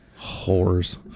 Whores